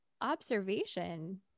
observation